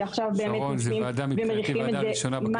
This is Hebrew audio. שעכשיו באמת יושבים ומריחים את זה?